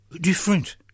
different